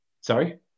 sorry